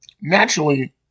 Naturally